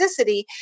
toxicity